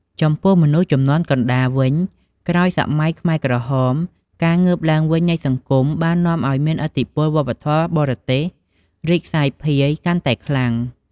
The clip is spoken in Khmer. ចំពោះមនុស្សជំនាន់កណ្ដាលវិញ ក្រោយសម័យខ្មែរក្រហម ការងើបឡើងវិញនៃសង្គមបាននាំឲ្យមានឥទ្ធិពលវប្បធម៌បរទេសរីកសាយភាយកាន់តែខ្លាំង។